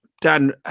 Dan